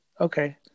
Okay